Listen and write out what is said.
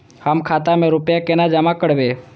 हम खाता में रूपया केना जमा करबे?